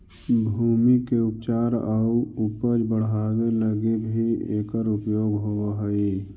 भूमि के उपचार आउ उपज बढ़ावे लगी भी एकर उपयोग होवऽ हई